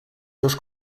dos